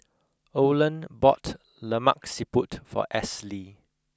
Olen bought lemak siput for Esley